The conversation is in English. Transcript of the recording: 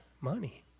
money